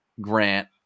Grant